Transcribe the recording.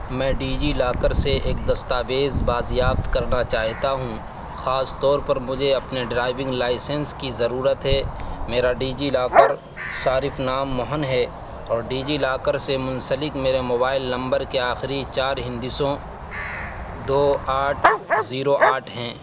میں DigiLocker سے ایک دستاویز بازیافت کرنا چاہتا ہوں خاص طور پر مجھے اپنے ڈرائیونگ لائسنس کی ضرورت ہے میرا ڈیجی لاکر صارف نام موہن ہے اور ڈیجی لاکر سے منسلک میرے موبائل نمبر کے آخری چار ہندسوں دو آٹھ زیرو آٹھ ہیں